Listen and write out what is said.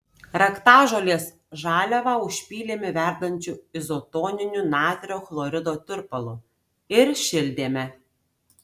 raktažolės žaliavą užpylėme verdančiu izotoniniu natrio chlorido tirpalu ir šildėme